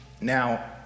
Now